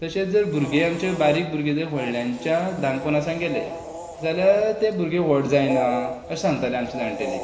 तशेंच जर भुरगें आमचें बारीक भुरगें जर व्हडल्यांच्या दांग पानासावन गेलें जाल्यार तें भुरगें व्हड जायना अशें सांगतालीं आमची जाणटेलीं